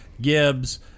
Gibbs